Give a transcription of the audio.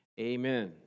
Amen